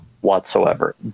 whatsoever